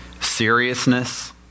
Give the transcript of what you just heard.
seriousness